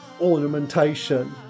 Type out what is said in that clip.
ornamentation